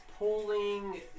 Pulling